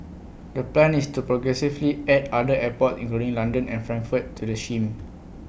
the plan is to progressively add other airports including London and Frankfurt to the shame